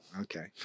Okay